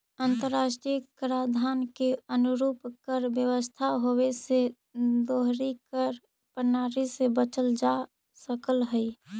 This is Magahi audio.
अंतर्राष्ट्रीय कराधान के अनुरूप कर व्यवस्था होवे से दोहरी कर प्रणाली से बचल जा सकऽ हई